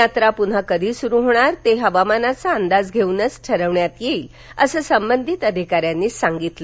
यात्रा पुन्हा कधी सुरू होणार ते हवामानाचा अंदाज घेऊनच ठरवण्यात येईल असं संबंधित अधिकाऱ्यांनी सांगितलं